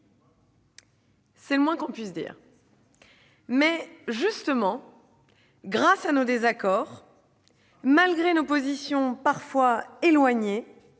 C'est le moins que l'on puisse dire ! Certes, mais justement, grâce à nos désaccords, malgré nos positions parfois éloignées,